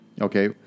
Okay